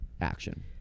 action